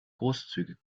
großzügig